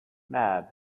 mab